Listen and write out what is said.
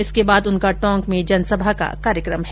इसके बाद उनका टोंक में जनसभा का कार्यक्रम है